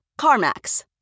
CarMax